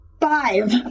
Five